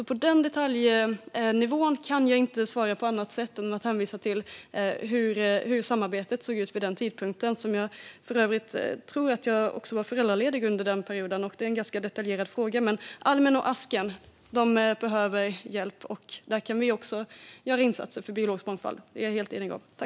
På den detaljnivån kan jag inte svara på annat sätt än genom att hänvisa till hur samarbetet såg ut vid den tidpunkten. Jag tror för övrigt också att jag var föräldraledig under den perioden. Detta är ju en ganska detaljerad fråga. Men almen och asken behöver hjälp, och där kan vi göra insatser för biologisk mångfald. Det är vi helt eniga om.